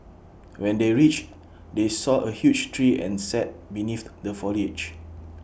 when they reached they saw A huge tree and sat beneath the foliage